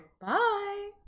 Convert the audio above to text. Bye